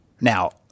Now